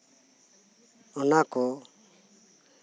ᱚᱱᱟ ᱠᱚ